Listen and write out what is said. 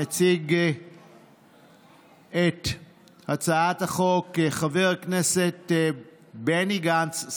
מציג את הצעת החוק חבר הכנסת בני גנץ,